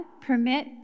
permit